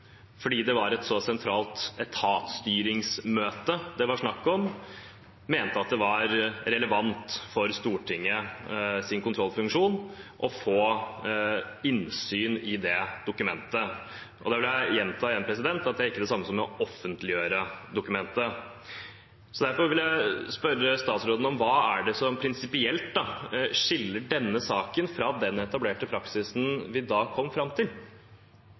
fordi det var et så sentralt etatsstyringsmøte det var snakk om, mente det var relevant for Stortingets kontrollfunksjon å få innsyn i det dokumentet. Da vil jeg gjenta at det ikke er det samme som å offentliggjøre dokumentet. Derfor vil jeg spørre statsråden: Hva er det som prinsipielt skiller denne saken fra den etablerte praksisen vi da kom fram til?